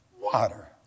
Water